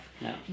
No